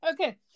Okay